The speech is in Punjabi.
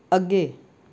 ਅੱਗੇ